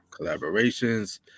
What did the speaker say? collaborations